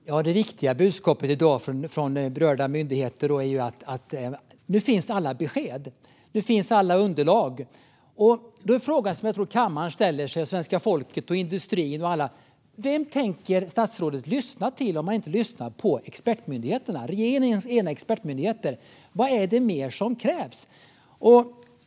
Fru talman! Det viktiga budskapet i dag från berörda myndigheter är att nu finns alla besked. Nu finns alla underlag. Då är frågan som jag tror att både kammaren, svenska folket och industrin ställer sig: Vem tänker statsrådet lyssna till om han inte lyssnar på regeringens egna expertmyndigheter? Vad är det mer som krävs?